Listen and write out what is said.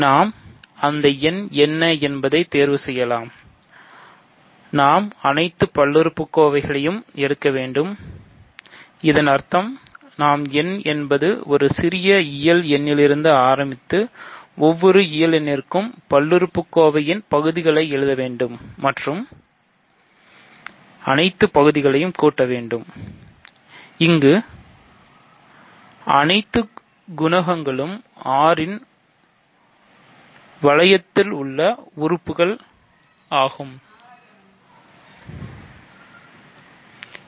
நாம் அந்த எண் என்ன என்பதை தேர்வு செய்யலாம் நாம் அனைத்து பல்லுறுப்புக்கோவைகளையும்எடுக்க வேண்டும்இதன் அர்த்தம் நாம் n என்பது ஒரு சிறிய இயல் எண்ணிலிருந்து ஆரம்பித்து ஒவ்வொரு இயல் எண்ணிற்கும் பல்லுறுப்புக்கோவையின் பகுதிகளை எழுத வேண்டும் மற்றும் பல்லுறுப்புக்கோவையின் அனைத்து பகுதிகளையும் கூட்ட வேண்டும் இங்கு அனைத்து குணகங்களும் R இன் வளையத்தின் உள்ள உறுப்புகளும் ஆகும்